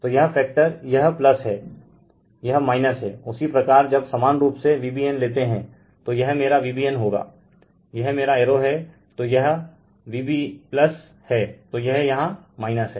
तो यह फैक्टर यह हैं यह है उसी प्रकार जब समान रूप से Vbn लेते हैं तो यह मेरा Vbn होगा यह मेरा एरो हैं तो यह Vb है तो यह यहाँ हैं